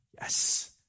Yes